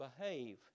behave